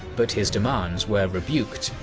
but his demands were rebuked,